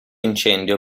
incendio